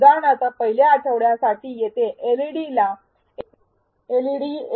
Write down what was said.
उदाहरणार्थ पहिल्या आठवड्यासाठी येथे एलईडीला एलईडी १